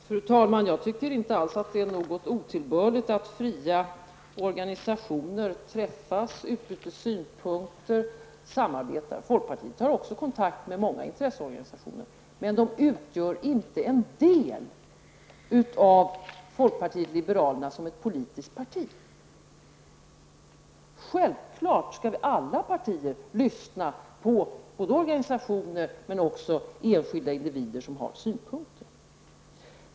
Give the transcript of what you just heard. Fru talman! Jag tycker inte alls att det är något otillbörligt i detta med att man i fria organisationer träffas, utbyter synpunkter och samarbetar. Vi i folkpartiet har också kontakt med många intresseorganisationer. Men dessa utgör inte en del av folkpartiet liberalerna som politiskt parti. Självfallet skall vi i alla partier lyssna på både organisationer och enskilda individer som har synpunkter.